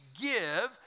give